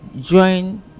join